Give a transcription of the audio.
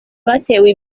batewe